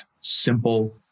simple